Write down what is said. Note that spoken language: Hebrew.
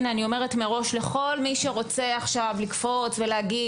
אני אומרת מראש לכל מי שרוצה עכשיו לקפוץ ולהגיד